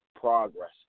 progress